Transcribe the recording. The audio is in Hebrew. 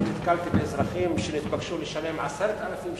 נתקלתי באזרחים שנתבקשו לשלם 10,000 שקלים,